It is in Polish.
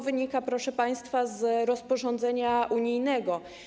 Wynika to, proszę państwa, z rozporządzenia unijnego.